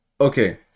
Okay